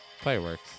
Fireworks